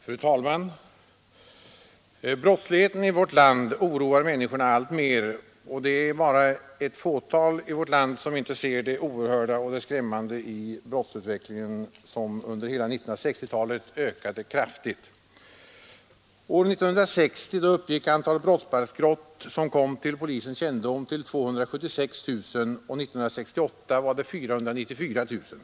Fru talman! Brottsligheten i Sverige oroar människorna alltmer. Det är väl bara ett fåtal i vårt land som inte ser det oerhörda och skrämmande i brottsutvecklingen, vilken under hela 1960-talet ökade kraftigt. År 1960 uppgick antalet brottsbalksbrott, som kom till polisens kännedom, till 276 000 och år 1968 till 494 000.